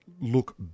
look